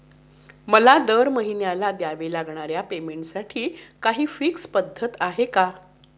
मला दरमहिन्याला द्यावे लागणाऱ्या पेमेंटसाठी काही फिक्स पद्धत आहे का?